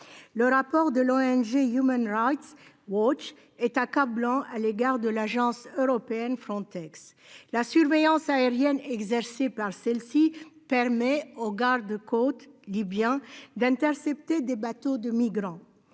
Le rapport de l'ONG Human Rights Watch est accablant à l'égard de l'agence européenne Frontex. La surveillance aérienne exercée par celle-ci permet aux gardes-côtes libyens d'intercepter des bateaux de migrants.